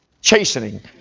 chastening